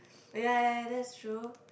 oh ya ya that's true